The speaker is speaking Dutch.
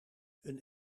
een